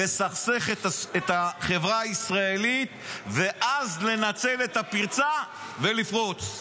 לסכסך את החברה הישראלית ואז לנצל את הפרצה ולפרוץ.